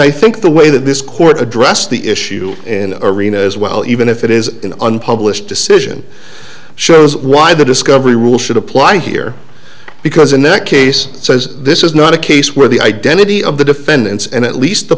i think the way that this court addressed the issue in arena as well even if it is an unpublished decision shows why the discovery rule should apply here because the net case says this is not a case where the identity of the defendants and at least the